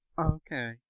Okay